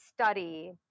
study